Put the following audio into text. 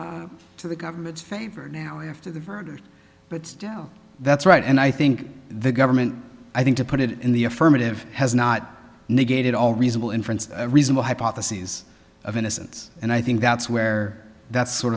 evidence to the government's favor now after the verdict but still that's right and i think the government i think to put it in the affirmative has not negated all reasonable inference reasonable hypothesis of innocence and i think that's where that's sort